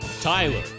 Tyler